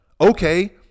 okay